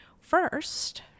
First